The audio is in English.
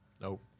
Nope